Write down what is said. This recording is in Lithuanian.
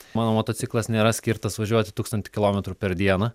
mano motociklas nėra skirtas važiuoti tūkstantį kilometrų per dieną